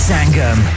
Sangam